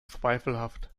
zweifelhaft